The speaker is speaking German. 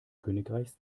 königreichs